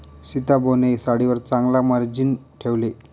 सीताबोने साडीवर चांगला मार्जिन ठेवले